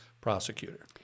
prosecutor